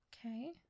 Okay